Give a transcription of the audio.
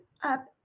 up